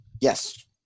Yes